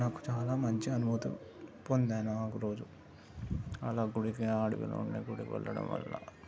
నాకు చాలా మంచి అనుభూతి పొందాను ఆ ఒక్క రోజు అలా గుడికి ఆ అడవిలోనే గుడికి వెళ్ళడం వల్ల